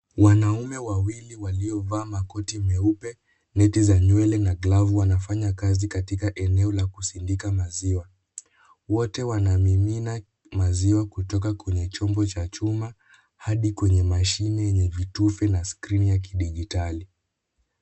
Wanaume wawili waliovaa makoti meupe neti kichwani na glovu wanafanya kazi katika eneo la kusindika maziwa. Wote wanamimina maziwa kutoka kwenye chombo cha chuma hadi kwenye mashine yenye vitufe na skrini ya kidijitali.